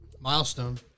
Milestone